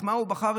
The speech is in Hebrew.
את מה הוא בחר?